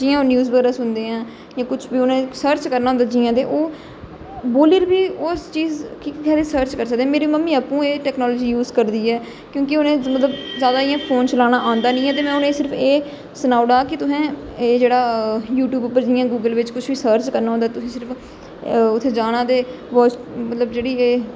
जियां ओह् न्यूज बगैर सुनदे ऐ जां कुछ वी उंहे सर्च करना होंदा जियां ते ओह् बोली उप्पर बी ओह् उस चीज गी सर्च करी सकदे मेरे ममी आपू एह् टेक्नोलाॅजी यूज करदी ऐ क्योकि ुंहे मतलब ज्यादा इयां फोन चलाना आंदा नेई ऐ ते में उंहेगी सिर्फ एह् सनाई ओड़े दा कि तुसें एह् जेहड़ा यूट्यूब उप्पर जियां गूगल बिच किश बी सर्च करना होंदा तुसें सिर्फ उत्थै जाना ते बाउइस मतलब जेहड़ी ऐ